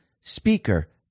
speaker